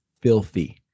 filthy